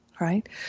right